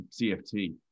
CFT